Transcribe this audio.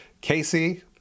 Casey